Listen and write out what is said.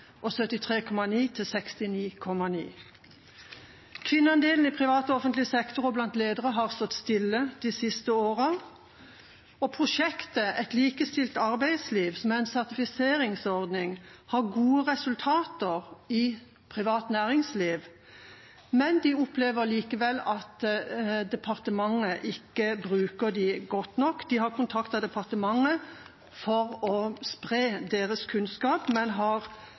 og 73,9 til 69,9. Kvinneandelen i privat og offentlig sektor og blant ledere har stått stille de siste årene. Prosjektet Likestilt arbeidsliv, som er en sertifiseringsordning, har gode resultater i privat næringsliv, men de opplever likevel at departementet ikke bruker dem godt nok. De har kontaktet departementet for å spre sin kunnskap, men